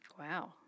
Wow